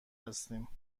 هستیم